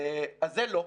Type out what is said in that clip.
אז זה לא.